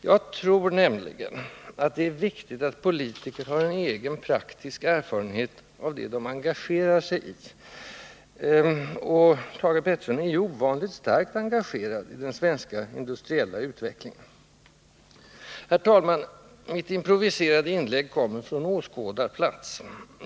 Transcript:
Jag tror nämligen att det är viktigt att politiker har egen praktisk erfarenhet av det de engagerar sig i, och Thage Peterson är ju ovanligt starkt engagerad i den svenska industriella utvecklingen. Herr talman! Mitt improviserade inlägg kommer från åhörarplats.